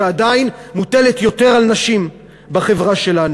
שעדיין מוטלת יותר על נשים בחברה שלנו.